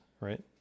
right